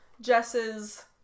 Jess's